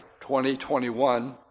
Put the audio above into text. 2021